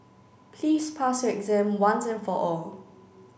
please pass your exam once and for all